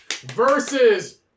versus